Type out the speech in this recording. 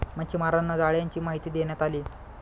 मच्छीमारांना जाळ्यांची माहिती देण्यात आली